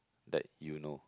that you know